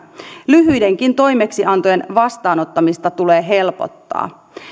lyhyidenkin toimeksiantojen vastaanottamista tulee helpottaa